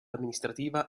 amministrativa